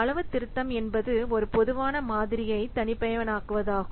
அளவுத்திருத்தம் என்பது ஒரு பொதுவான மாதிரியைத் தனிப்பயனாக்குவதாகும்